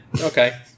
Okay